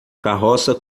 carroça